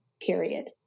period